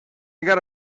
gotta